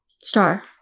Star